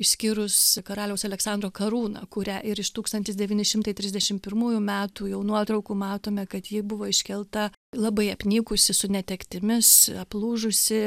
išskyrus karaliaus aleksandro karūną kurią ir iš tūkstantis devyni šimtai trisdešim pirmųjų metų jau nuotraukų matome kad ji buvo iškelta labai apnykusi su netektimis aplūžusi